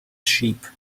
sheep